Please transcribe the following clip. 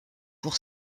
pour